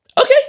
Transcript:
okay